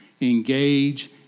engage